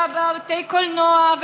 בתי הקולנוע,